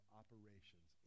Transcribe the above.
operations